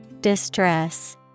Distress